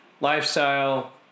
lifestyle